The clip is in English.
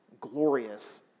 glorious